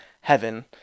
heaven